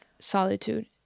Solitude